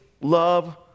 love